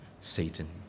Satan